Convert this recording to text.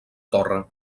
torre